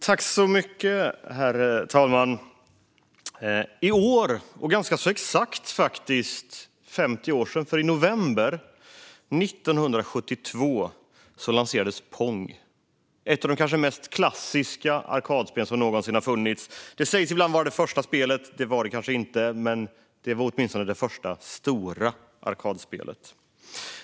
Herr talman! I år för ganska exakt 50 år sedan, i november 1972, lanserades Pong. Det är ett av de kanske mest klassiska arkadspel som någonsin har funnits. Det sägs ibland vara det första spelet. Det var det kanske inte, men det var åtminstone det första stora arkadspelet.